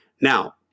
Now